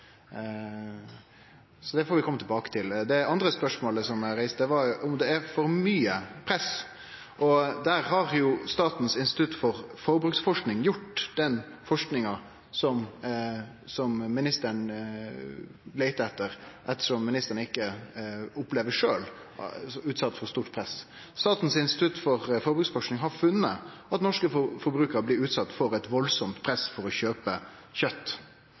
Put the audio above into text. Det får vi kome tilbake til. Det andre spørsmålet eg reiste, var om det er for mykje press. Statens institutt for forbruksforsking har gjort den forskinga som ministeren leitar etter, ettersom ministeren ikkje opplever at ho sjølv er utsett for stort press. Statens institutt for forbruksforsking har funne at norske forbrukarar blir utsette for eit veldig press for å kjøpe